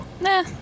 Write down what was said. Nah